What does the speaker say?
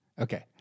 Okay